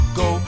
go